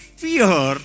fear